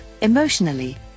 emotionally